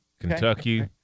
Kentucky